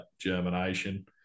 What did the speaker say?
germination